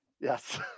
Yes